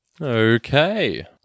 Okay